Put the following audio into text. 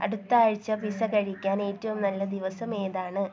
അടുത്ത ആഴ്ച പിസ്സ കഴിക്കാൻ ഏറ്റവും നല്ല ദിവസം ഏതാണ്